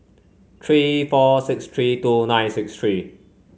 three four six three two nine six three